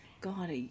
God